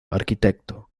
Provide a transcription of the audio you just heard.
arquitecto